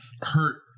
hurt